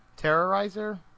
Terrorizer